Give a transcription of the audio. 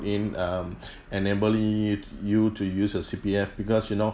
in um enabling you you to use your C_P_F because you know